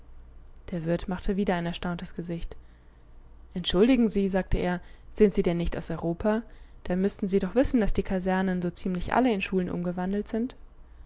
der wirt machte wieder ein erstauntes gesicht entschuldigen sie sagte er sind sie denn nicht aus europa dann müßten sie doch wissen daß die kasernen so ziemlich alle in schulen umgewandelt sind